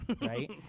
right